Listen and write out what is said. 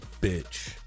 bitch